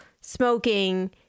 smoking